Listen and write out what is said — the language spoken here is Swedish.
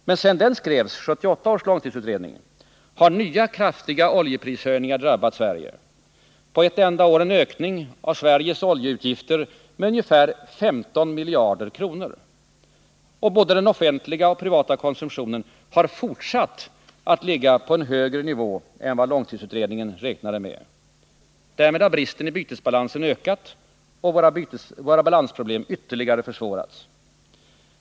Och sedan 1978 års långtidsutredning skrevs har nya kraftiga oljeprishöjningar drabbat vårt land. På ett enda år har vi fått en ökning av Sveriges oljeutgifter med ungefär 15 miljarder kronor. Dessutom har både den offentliga och den privata konsumtionen fortsatt att ligga på en högre nivå än vad långtidsutredningen räknade med. Därmed har bristen i bytesbalansen ökat och våra balansproblem ytterligare försvårats.